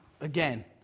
again